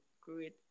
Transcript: great